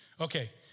Okay